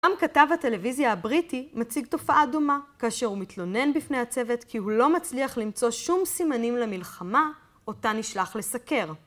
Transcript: גם כתב הטלוויזיה הבריטי, מציג תופעה דומה, כאשר הוא מתלונן בפני הצוות כי הוא לא מצליח למצוא שום סימנים למלחמה, אותה נשלח לסקר.